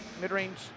mid-range